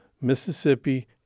Mississippi